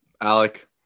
Alec